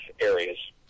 areas